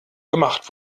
gemacht